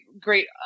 great